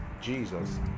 Jesus